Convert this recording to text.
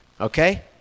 Okay